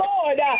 Lord